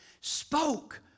Spoke